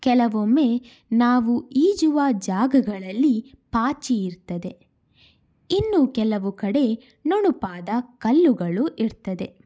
ಕೆಲವೊಮ್ಮೆ ನಾವು ಈಜುವ ಜಾಗಗಳಲ್ಲಿ ಪಾಚಿ ಇರ್ತದೆ ಇನ್ನು ಕೆಲವು ಕಡೆ ನುಣುಪಾದ ಕಲ್ಲುಗಳು ಇರ್ತದೆ